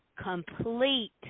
complete